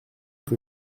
que